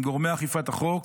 עם גורמי אכיפת החוק,